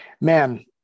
Man